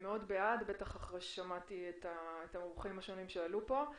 בטח אחרי ששמעתי את המומחים השונים שדיברו פה.